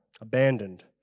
abandoned